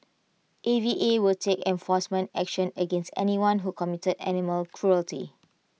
A V A will take enforcement action against anyone who committed animal cruelty